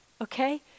Okay